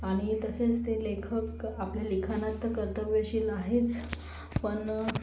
आणि तसेच ते लेखक आपले लेखनात कर्तव्यशील आहेच पण